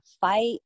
fight